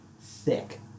thick